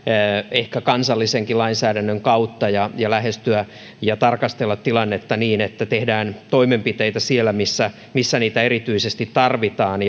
ehkä kansallisenkin lainsäädännön kautta ja tarkastella tilannetta niin että tehdään toimenpiteitä siellä missä missä niitä erityisesti tarvitaan